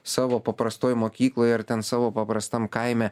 savo paprastoj mokykloj ten savo paprastam kaime